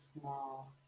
small